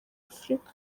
africa